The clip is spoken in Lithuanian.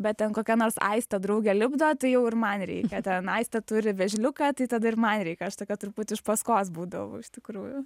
bet ten kokia nors aistė draugė lipdo tai jau ir man reikia ten aistė turi vėžliuką tai tada ir ir man reikia aš tokia truputį iš paskos būdavau iš tikrųjų